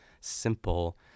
simple